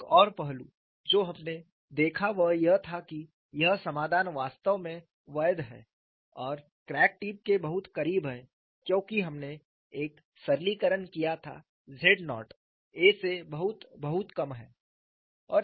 एक और पहलू जो हमने देखा वह यह था कि यह समाधान वास्तव में वैध है और क्रैक टिप के बहुत करीब है क्योंकि हमने एक सरलीकरण किया था z नॉट a से बहुत बहुत कम है